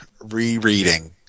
rereading